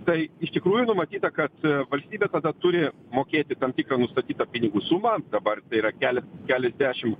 tai iš tikrųjų numatyta kad valstybė tada turi mokėti tam tikrą nustatytą pinigų sumą dabar tai yra kelias keliasdešimts